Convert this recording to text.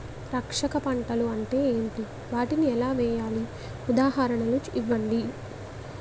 రక్షక పంటలు అంటే ఏంటి? వాటిని ఎలా వేయాలి? ఉదాహరణలు ఇవ్వండి?